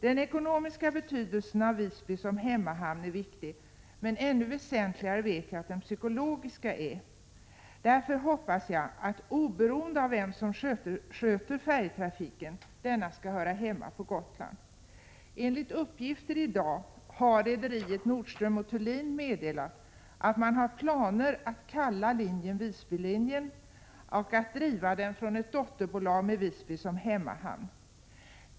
Den ekonomiska betydelsen av Visby som hemmahamn är viktig, men ännu väsentligare vet jag att den psykologiska är. Därför hoppas jag att färjetrafiken — oberoende av vem som sköter denna — skall höra hemma på Gotland. Enligt uppgifter i dag har rederiet Nordström & Thulin meddelat att man har planer på att kalla linjen Visbylinjen och att driva den från ett dotterbolag med Visby som hemmahamn.